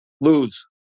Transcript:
Lose